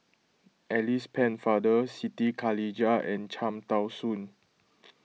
Alice Pennefather Siti Khalijah and Cham Tao Soon